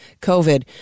COVID